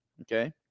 Okay